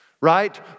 right